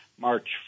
March